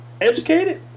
educated